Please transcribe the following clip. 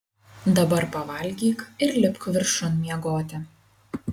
dabar pavalgyk ir lipk viršun miegoti